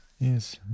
yes